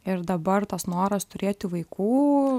ir dabar tas noras turėti vaikų